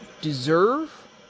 deserve